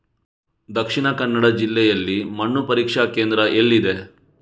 ದಕ್ಷಿಣ ಕನ್ನಡ ಜಿಲ್ಲೆಯಲ್ಲಿ ಮಣ್ಣು ಪರೀಕ್ಷಾ ಕೇಂದ್ರ ಎಲ್ಲಿದೆ?